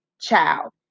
child